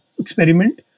Experiment